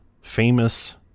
famous